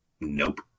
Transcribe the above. nope